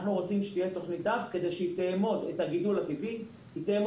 אנחנו רוצים שתהיה תוכנית אב כדי שהיא תעריך את הגידול הטבעי והצרכים,